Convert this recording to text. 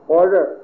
order